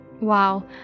Wow